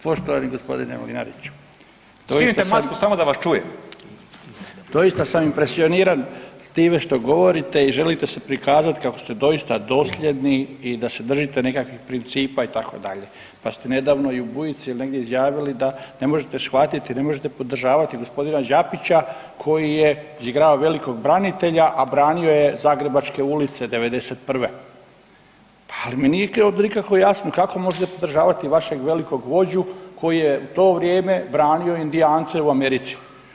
Poštovani gospodine Mlinariću [[Upadica: Skinite masku samo da vas čujem.]] doista sam impresioniran time što govorite i želite se prikazati kako ste doista dosljedni i da se držite nekakvih principa itd., pa ste nedavno i u Bujici ili negdje izjavili da ne možete shvatiti, ne možete podržavati gospodina Đapića koji je izigrava velikog branitelja, a branio je zagrebačke ulice '91., ali mi nije onda nikako jasno kako možete podržavati vašeg velikog vođu koji je u to vrijeme branio Indijance u Americi.